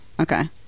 Okay